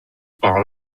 par